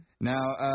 Now